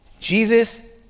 Jesus